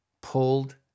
pulled